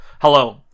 Hello